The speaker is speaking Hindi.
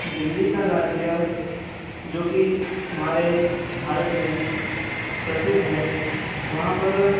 दिल्ली का लाल क़िला जो कि हमारे भारत में प्रसिद्ध है वहाँ पर